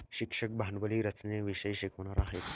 शिक्षक भांडवली रचनेविषयी शिकवणार आहेत